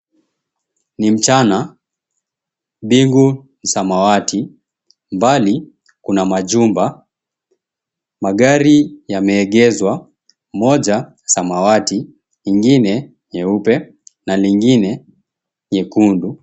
Ni mchana mbingu samawati mbali kuna majumba magari magari samawati nyingi nyingine nyekundu.